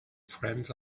friends